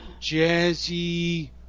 jazzy